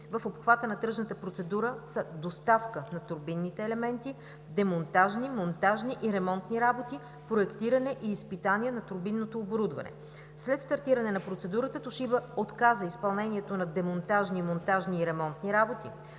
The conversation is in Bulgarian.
в обхвата на тръжната процедура, са: доставка на турбинните елементи, демонтажни, монтажни и ремонтни работи, проектиране и изпитание на турбинното оборудване. След стартиране на процедурата „Тошиба“ отказа изпълнението на демонтажни, монтажни и ремонтни работи.